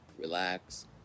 relax